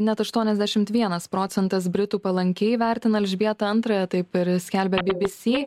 net aštuoniasdešimt vienas procentas britų palankiai vertina elžbietą antrąją taip ir skelbia bbc